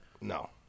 No